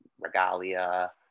Regalia